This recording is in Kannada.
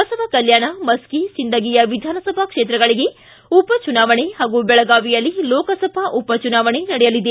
ಬಸವ ಕಲ್ಕಾಣ ಮಸ್ಕಿ ಸಿಂದಗಿಯ ವಿಧಾನಸಭಾ ಕ್ಷೇತ್ರಗಳಿಗೆ ಉಪಚುನಾವಣೆ ಹಾಗೂ ಬೆಳಗಾವಿಯಲ್ಲಿ ಲೋಕಸಭಾ ಉಪಚುನಾವಣೆ ನಡೆಯಲಿದೆ